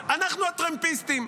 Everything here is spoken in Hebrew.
אנחנו הטרמפיסטים.